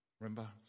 Remember